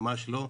ממש לא,